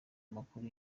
amakuru